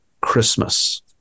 Christmas